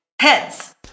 Heads